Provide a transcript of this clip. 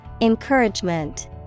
encouragement